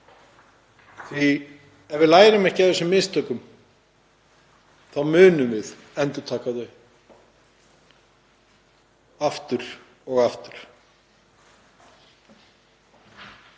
á. Ef við lærum ekki af þessum mistökum munum við endurtaka þau aftur og aftur.